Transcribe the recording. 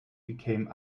became